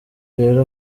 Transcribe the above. rero